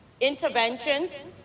interventions